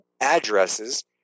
addresses